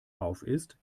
aufisst